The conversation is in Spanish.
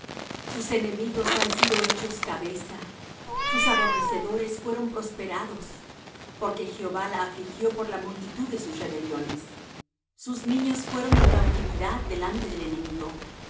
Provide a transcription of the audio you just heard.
sus enemigos han sido hechos cabeza sus aborrecedores fueron prosperados porque jehová la afligió por la multitud de sus rebeliones sus niños fueron en cautividad delante del enemigo